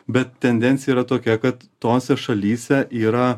bet tendencija yra tokia kad tose šalyse yra